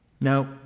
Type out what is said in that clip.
no